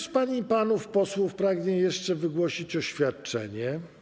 Czy ktoś z pań i panów posłów pragnie jeszcze wygłosić oświadczenie?